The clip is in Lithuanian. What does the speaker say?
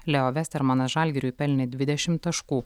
leo vestermanas žalgiriui pelnė dvidešimt taškų